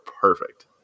perfect